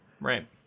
Right